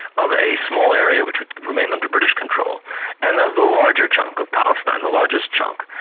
of a small area which would remain under british control and of the larger chunk of palestine, the largest chunk,